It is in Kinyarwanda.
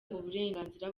uburenganzira